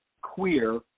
queer